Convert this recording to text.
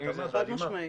חד משמעית.